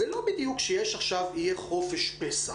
זה לא בדיוק שיהיה עכשיו חופש פסח.